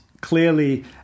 clearly